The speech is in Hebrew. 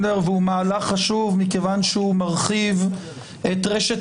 והוא מהלך חשוב מכיוון שהוא מרחיב את רשת